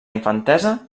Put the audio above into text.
infantesa